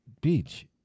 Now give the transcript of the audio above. beach